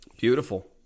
Beautiful